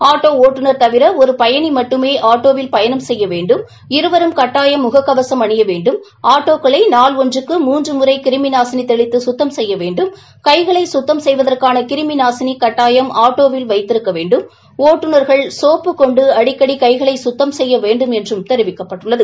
auto ஒட்டுநர் தவிர ஒரு பயணி மட்டுமே ஆட்டோவில் பயணம் செய்ய வேண்டும் இருவரும் கட்டாயம் முக கவசம் அணிய வேண்டும் ஆட்டோக்களை நாள் ஒன்றுக்கு மூன்று முறை கிருமி நாசினி தெளித்து குத்தம் செய்ய வேண்டும் கைகளை கத்தம் செய்வதற்கான கிருமி நாசினி கட்டாயம் ஆட்டோவில் வைத்திருக்க வேண்டும் ஒட்டுநா்கள் சோப்பு கொண்டு அடிக்கடி கைகளை கத்தம் செய்ய வேண்டும் என்றும் தெரிவிக்கப்பட்டுள்ளது